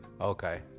Okay